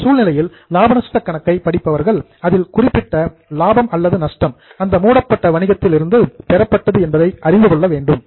இந்த சூழ்நிலையில் லாப நஷ்ட கணக்கை படிப்பவர்கள் அதில் குறிப்பிட்ட லாபம் அல்லது நஷ்டம் அந்த மூடப்பட்ட வணிகத்தில் இருந்து பெறப்பட்டது என்பதை அறிந்து கொள்ள வேண்டும்